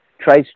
tries